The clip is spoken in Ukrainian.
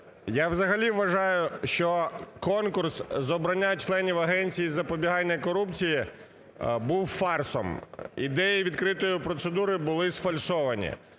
Я взагалі вважаю, що конкурс з обрання членів Агенції із запобігання корупції був фарсом, ідеї відкритої процедури були сфальшовані.